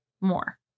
more